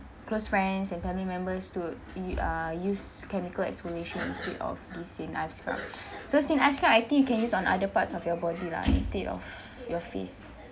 close friends and family members to i~ uh use chemical exfoliation instead of this St. Ives scrub so St. Ives scrub think you can use on other parts of your body lah instead of your face